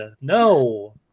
no